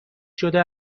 شده